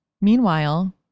Meanwhile